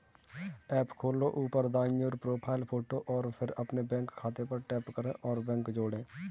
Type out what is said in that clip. app खोलो, ऊपर दाईं ओर, प्रोफ़ाइल फ़ोटो और फिर अपने बैंक खाते पर टैप करें और बैंक जोड़ें